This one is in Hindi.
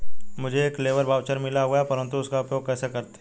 मुझे एक लेबर वाउचर मिला हुआ है परंतु उसका उपयोग कैसे करते हैं?